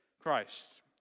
Christ